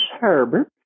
Herbert